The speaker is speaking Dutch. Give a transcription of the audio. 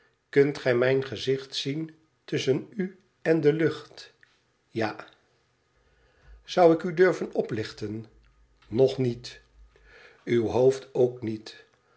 kunt gij mijn gezicht zien tusschen u en de lucht tja zou ik u durven oplichten nog niet uw hoofd ook niet